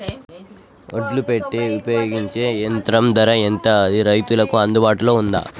ఒడ్లు పెట్టే ఉపయోగించే యంత్రం ధర ఎంత అది రైతులకు అందుబాటులో ఉందా?